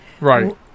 Right